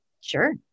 Sure